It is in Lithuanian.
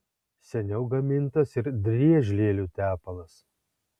seniau gamintas ir driežlielių tepalas